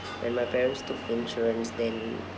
when my parents to insurance then